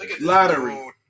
Lottery